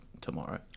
tomorrow